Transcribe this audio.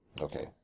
okay